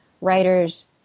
writers